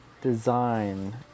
design